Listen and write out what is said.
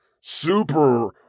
super